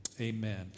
amen